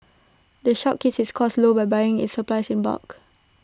the shop keeps its costs low by buying its supplies in bulk